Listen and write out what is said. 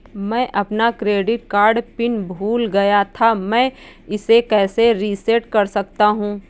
मैं अपना credit card pin भूल गया था मैं इसे कैसे रीसेट कर सकता हूँ?